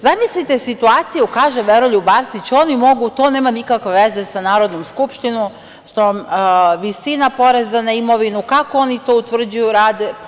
Zamislite situaciju, kaže Veroljub Arsić – oni mogu, to nema nikakve veze sa Narodnom skupštinom, visina poreza na imovinu, kako oni to utvrđuju, rade.